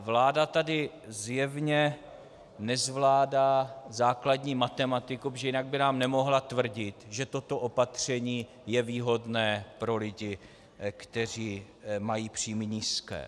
Vláda tady zjevně nezvládá základní matematiku, protože jinak by nám nemohla tvrdit, že toto opatření je výhodné pro lidi, kteří mají příjmy nízké.